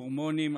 הורמונים,